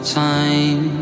time